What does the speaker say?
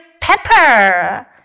pepper